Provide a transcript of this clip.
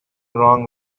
wrong